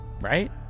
Right